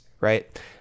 right